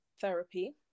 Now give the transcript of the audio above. therapy